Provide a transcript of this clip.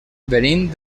venim